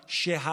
מה,